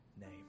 name